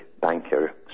banker